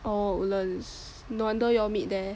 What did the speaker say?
oh Woodlands no wonder you all meet there